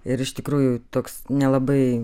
ir iš tikrųjų toks nelabai